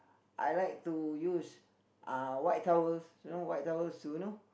I like to use uh white towels you know white towels to you know